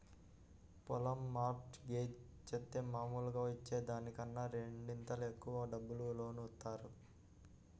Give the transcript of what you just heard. పొలం mortgage జేత్తే మాములుగా ఇచ్చే దానికన్నా రెండింతలు ఎక్కువ డబ్బులు లోను ఇత్తారు